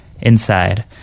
Inside